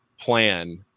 plan –